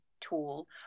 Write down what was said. tool